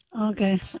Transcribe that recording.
Okay